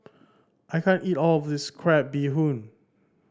I can't eat all of this crab bee hoon